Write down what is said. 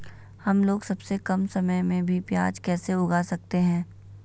हमलोग सबसे कम समय में भी प्याज कैसे उगा सकते हैं?